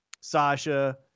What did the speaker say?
Sasha